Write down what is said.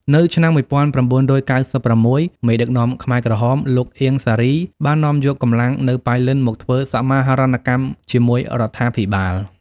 នៅឆ្នាំ ១៩៩៦ មេដឹកនាំខ្មែរក្រហមលោក អៀង សារី បាននាំយកកម្លាំងនៅប៉ៃលិនមកធ្វើសមាហរណកម្មជាមួយរដ្ឋាភិបាល។